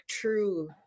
true